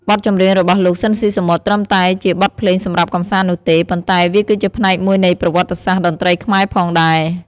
បទចម្រៀងរបស់លោក ស៊ីន ស៊ីសាមុត ត្រឹមតែជាបទភ្លេងសម្រាប់កម្សាន្តនោះទេ ប៉ុន្តែវាគឺជាផ្នែកមួយនៃប្រវត្តិសាស្ត្រតន្ត្រីខ្មែរផងដែរ។